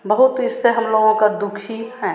बहुत इससे हमलोगों का दुखी हैं